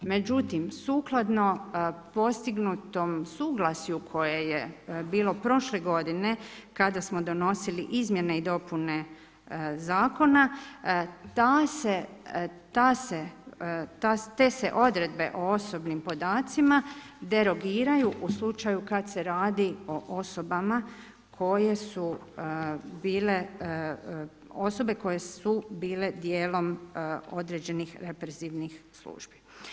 Međutim, sukladno postignutom suglasju koje je bilo prošle godine kada smo donosili izmjene i dopune Zakona, te se odredbe o osobnim podacima derogiraju u slučaju kad se radi o osobama koje su bile dijelom određenih represivnih službi.